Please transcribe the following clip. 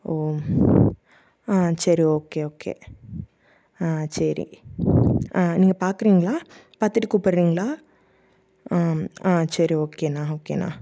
ஓ ஆ சரி okay okay ஆ சரி ஆ நீங்கள் பார்க்குறீங்களா பார்த்துட்டு கூப்புடுறீங்களா ஆ ஆ சரி ஓகேண்ணா ஓகேண்ணா